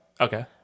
Okay